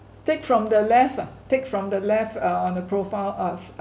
take from the left uh take from the left err on the profile uh